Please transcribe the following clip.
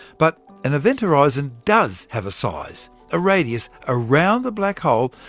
but an event horizon does have a size a radius around the black hole,